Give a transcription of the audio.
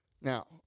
Now